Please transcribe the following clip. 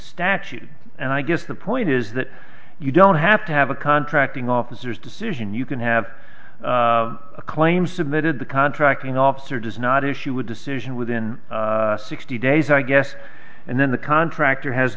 statute and i guess the point is that you don't have to have a contracting officers decision you can have a claim submitted the contracting officer does not issue a decision within sixty days i guess and then the contractor has